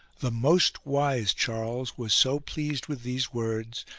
the most wise charles was so pleased with these words,